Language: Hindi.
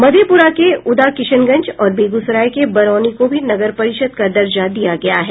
मधेपुरा के उदाकिशनगंज और बेगूसराय के बरौनी को भी नगर परिषद का दर्जा दिया गया है